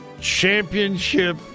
championship